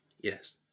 Yes